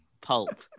pulp